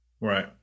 Right